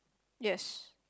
yes